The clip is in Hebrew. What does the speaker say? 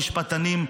המשפטנים,